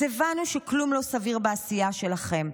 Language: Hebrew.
אז הבנו שכלום לא סביר בעשייה שלכם,